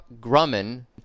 Grumman